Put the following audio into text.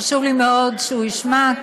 חשוב לי מאוד שהוא ישמע,